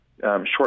short